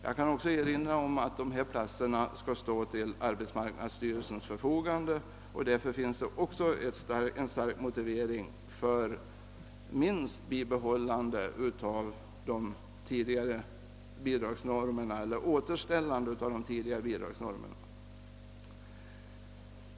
Jag kan också erinra om att dessa platser skall stå till arbetsmarknadsstyrelsens förfogande, och därför finns det en stark motivering för ett återställande av de tidigare bidragsnormerna, som ett minimum.